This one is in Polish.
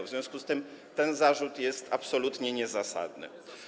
W związku z tym ten zarzut jest absolutnie niezasadny.